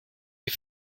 die